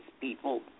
people